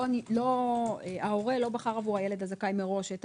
שההורה לא בחר עבור הילד הזכאי מראש עם